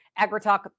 AgriTalk